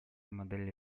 модель